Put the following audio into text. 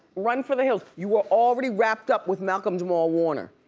run for the hills. you were already wrapped up with malcolm-jamal warner,